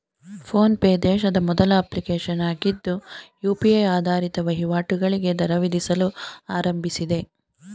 phone pay ದೇಶದ ಮೊದಲ application ಆಗಿದ್ದು ಯು.ಪಿ.ಐ ಆಧಾರಿತ ವಹಿವಾಟುಗಳಿಗೆ ದರ ವಿಧಿಸಲು ಆರಂಭಿಸಿದೆ